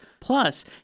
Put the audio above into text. Plus